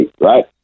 right